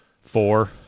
four